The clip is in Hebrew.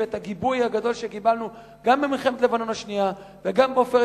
והגיבוי הגדול שקיבלנו גם במלחמת לבנון השנייה וגם ב"עופרת